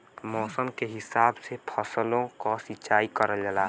मौसम के हिसाब से फसलो क सिंचाई करल जाला